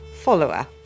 follower